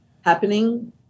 happening